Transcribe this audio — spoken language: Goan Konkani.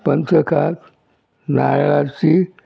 पंचकाद नारलाची